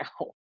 now